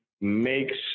makes